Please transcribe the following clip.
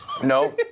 No